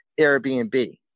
Airbnb